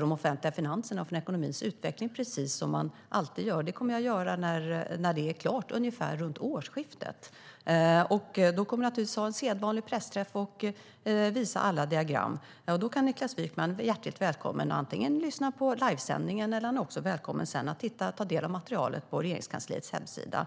de offentliga finanserna och för ekonomins utveckling, precis som man alltid gör. Det kommer jag att göra när den är klar, ungefär runt årsskiftet. Då kommer jag naturligtvis att ha en sedvanlig pressträff och visa alla diagram. Då är Niklas Wykman hjärtligt välkommen att antingen lyssna på livesändningen eller att ta del av materialet på Regeringskansliets hemsida.